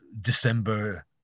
December